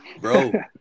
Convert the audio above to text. bro